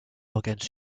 l’organe